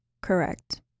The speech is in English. correct